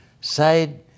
side